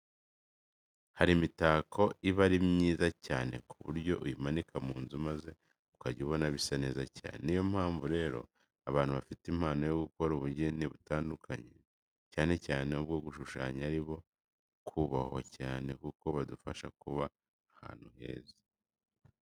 Hari imitako iba ari myiza cyane ku buryo uyimanika mu nzu maze ukajya ubona bisa neza cyane. Niyo mpamvu rero abantu bafite impano yo gukora ubugeni butandukanye, cyane cyane ubwo gushushyanya ari abo kubahwa cyane kuko badufasha kuba ahantu heza.